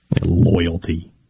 Loyalty